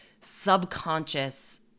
subconscious